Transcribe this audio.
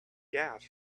gas